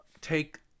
take